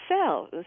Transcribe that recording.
sell